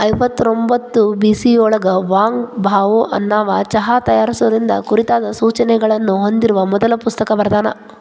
ಐವತ್ತರೊಂಭತ್ತು ಬಿಸಿಯೊಳಗ Wang Bao ಅನ್ನವಾ ಚಹಾ ತಯಾರಿಸುವುದರ ಕುರಿತಾದ ಸೂಚನೆಗಳನ್ನ ಹೊಂದಿರುವ ಮೊದಲ ಪುಸ್ತಕ ಬರ್ದಾನ